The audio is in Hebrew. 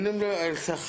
אני לא מדבר על שכר,